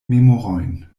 memorojn